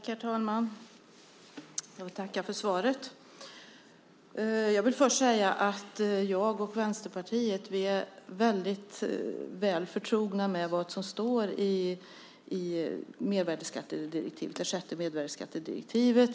Herr talman! Jag tackar för svaret. Jag vill först säga att jag och Vänsterpartiet är väldigt väl förtrogna med vad som står i sjätte mervärdesskattedirektivet.